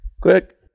quick